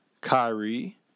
Kyrie